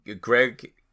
Greg